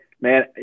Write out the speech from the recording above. Man